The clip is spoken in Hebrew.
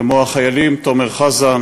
כמו החיילים תומר חזן